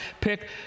pick